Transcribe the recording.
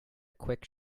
quick